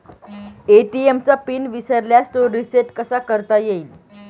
ATM चा PIN विसरल्यास तो रिसेट कसा करता येईल?